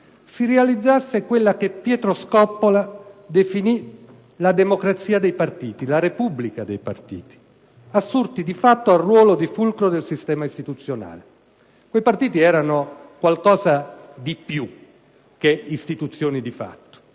si realizzasse quella che Pietro Scoppola definì la Repubblica dei partiti, assurti di fatto al ruolo di fulcro del sistema istituzionale. Quei partiti erano qualcosa di più che istituzioni di fatto.